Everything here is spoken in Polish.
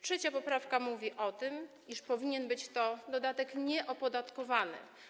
Trzecia poprawka mówi o tym, iż powinien być to dodatek nieopodatkowany.